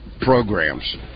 programs